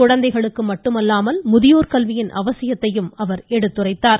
குழந்தைகளுக்கு மட்டுமல்லாமல் முதியோர் கல்வியின் அவசியத்தையும் அவர் எடுத்துரைத்தார்